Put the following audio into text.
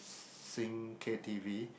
sing K_T_V